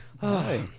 Hi